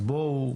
אז בואו,